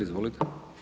Izvolite.